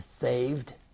saved